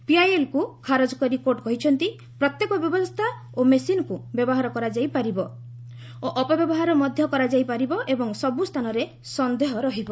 ପିଆଇଏଲ୍କୁ ଖାରଜ କରି କୋର୍ଟ କହିଛନ୍ତି ପ୍ରତ୍ୟେକ ବ୍ୟବସ୍ଥା ଓ ମେସିନ୍କୁ ବ୍ୟବହାର କରାଯାଇପାରିବ ଓ ଅପବ୍ୟବହାର ମଧ୍ୟ କରାଯାଇପାରିବ ଏବଂ ସବୁ ସ୍ଥାନରେ ସନ୍ଦେହ ରହିବ